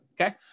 Okay